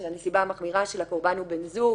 של הנסיבה המחמירה של "הקורבן הוא בן זוגו